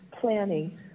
planning